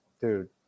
dude